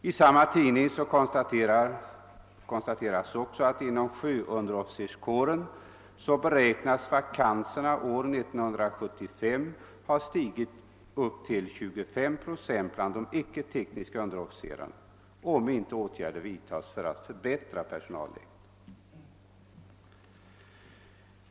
I samma tidning sägs också att man beräknar att vakanserna inom sjöunderofficerskåren år 1975 kommer att ha stigit till 25 procent bland de icke tekniska underofficerarna, om inte åtgärder vidtas för att förbättra personalläget.